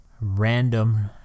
random